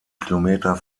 kilometer